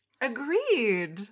Agreed